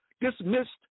dismissed